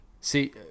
See